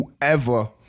whoever